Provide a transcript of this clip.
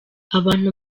abantu